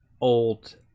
old